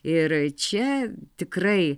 ir čia tikrai